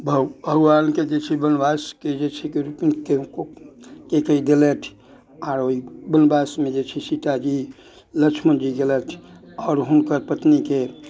भऽ भगवानके जे छै वनवासके जे छै केकैयी देलथि आओर ओइ वनवासमे जे छै सीताजी लछुमन जी गेलैथ आओर हुनकर पत्नीके